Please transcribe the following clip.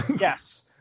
Yes